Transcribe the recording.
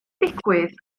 digwydd